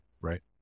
Right